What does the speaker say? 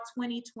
2020